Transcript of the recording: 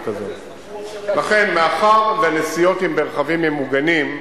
מאחר שנסיעות במרחבים ממוגנים,